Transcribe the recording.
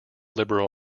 liberal